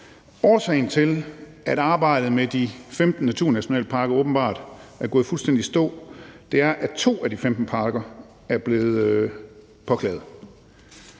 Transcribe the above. årsagen til, at arbejdet med de 15 naturnationalparker åbenbart er gået fuldstændig i stå, er, at to af de 15 parker er blevet påklaget,